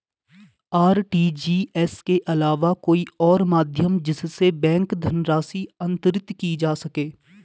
RTGS के अलावा कोई और माध्यम जिससे बैंक धनराशि अंतरित की जा सके?